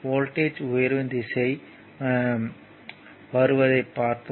voltage உயர்வின் திசையில் வருவதைப் பார்ப்போம்